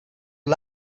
few